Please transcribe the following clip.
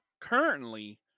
currently